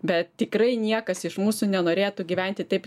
bet tikrai niekas iš mūsų nenorėtų gyventi taip